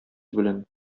белән